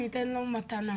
אני אתן לו מתנה,